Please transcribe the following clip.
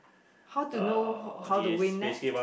how to know how to win leh